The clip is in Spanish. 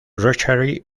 rotary